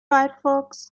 firefox